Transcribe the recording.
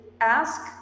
ask